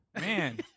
Man